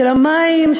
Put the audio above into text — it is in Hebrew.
של המים,